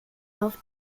auf